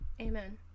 Amen